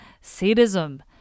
sadism